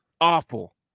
awful